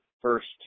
first